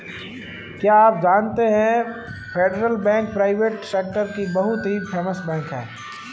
क्या आप जानते है फेडरल बैंक प्राइवेट सेक्टर की बहुत ही फेमस बैंक है?